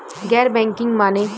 गैर बैंकिंग माने?